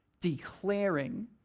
declaring